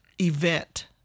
event